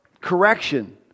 correction